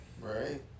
Right